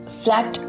flat